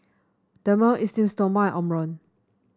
Dermale Esteem Stoma Omron